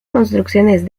construcciones